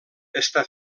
està